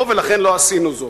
לא, ולכן לא עשינו זאת".